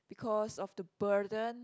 because of the burden